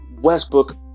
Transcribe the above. Westbrook